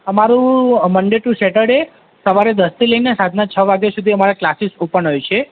અમારું Monday to Saturday સવારે દસ થી લઈને સાંજના છ વાગ્યા સુધી અમારા કલાસીસ ઓપન હોય છે